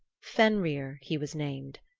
fenrir he was named.